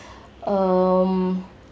um